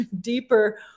deeper